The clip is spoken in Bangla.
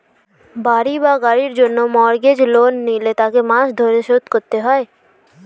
বাড়ি বা গাড়ির জন্য মর্গেজ লোন নিলে তাকে মাস ধরে শোধ করতে হয়